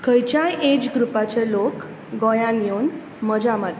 खंयच्याय एज ग्रुपाचे लोक गोंयांत येवन मजा मारतात